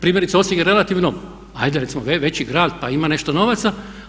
Primjerice Osijek je relativno, ajde recimo veći grad pa ima nešto novaca.